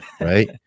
right